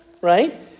right